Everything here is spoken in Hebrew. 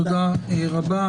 תודה רבה.